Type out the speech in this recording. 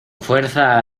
fuerza